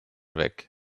weg